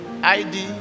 ID